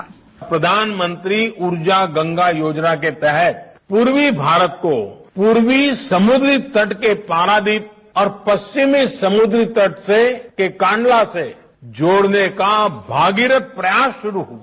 sound bite प्रधानमंत्री ऊर्जा गंगा योजना के तहत पूर्वी भारत को पूर्वी समुद्र तट के पारादीप और पश्चिमी समुद्री तट के कांडला से जोडने का भागीरथ प्रयास शुरू हुआ